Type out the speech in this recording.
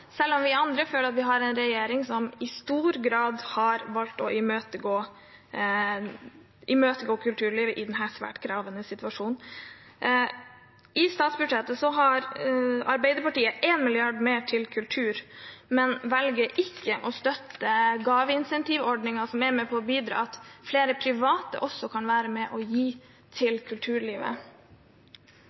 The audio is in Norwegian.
i møte i denne svært krevende situasjonen. I statsbudsjettet har Arbeiderpartiet én milliard mer til kultur, men velger ikke å støtte gaveforsterkningsordningen, som er med på å bidra til at flere private også kan være med og gi til kulturlivet.